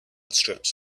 strips